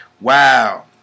Wow